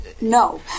no